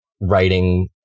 writing